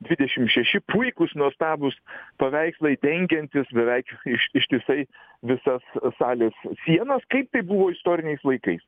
dvidešim šeši puikūs nuostabūs paveikslai dengiantys beveik iš ištisai visas salės sienas kaip tai buvo istoriniais laikais